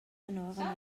anora